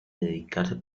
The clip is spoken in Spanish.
dedicarse